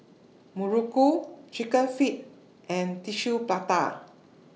Muruku Chicken Feet and Tissue Prata